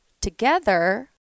together